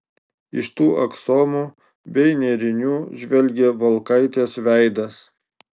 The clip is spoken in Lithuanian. iš tų aksomų bei nėrinių žvelgė volkaitės veidas